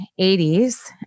80s